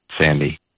Sandy